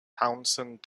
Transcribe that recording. townsend